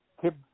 Tib